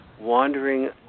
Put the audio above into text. wandering